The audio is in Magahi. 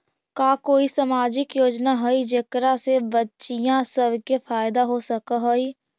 का कोई सामाजिक योजना हई जेकरा से बच्चियाँ सब के फायदा हो सक हई?